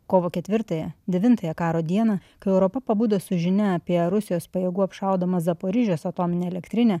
kovo ketvirtąją devintąją karo dieną kai europa pabudo su žinia apie rusijos pajėgų apšaudomą zaporižės atominę elektrinę